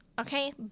okay